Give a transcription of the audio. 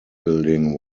building